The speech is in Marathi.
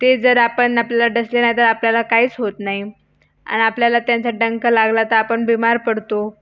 ते जर आपण आपल्याला डसले नाही तर आपल्याला काहीच होत नाही आणि आपल्याला त्यांचा डंख लागला तर आपण बीमार पडतो